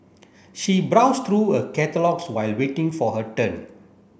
she browsed through a catalogues while waiting for her turn